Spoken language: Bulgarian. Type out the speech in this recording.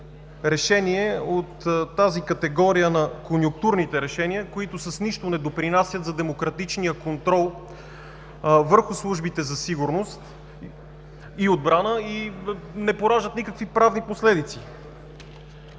решение от тази категория на конюнктурните решения, които с нищо не допринасят за демократичния контрол върху службите за сигурност и отбрана и не пораждат никакви правни последици,